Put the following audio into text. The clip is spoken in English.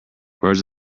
birds